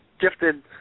gifted